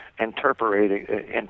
interpreting